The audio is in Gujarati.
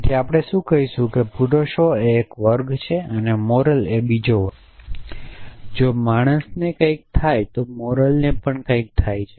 તેથી આપણે શું કહીશું કે પુરુષો એ વર્ગ છે અને મોરલ એ બીજો વર્ગ છે અને જો માણસ ને કઈં થાય તો મોરલ ને પણ થાય છે